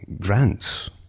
grants